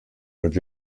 new